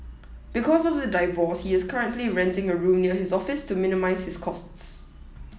because of the divorce he is currently renting a room near his office to minimise his costs